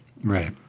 Right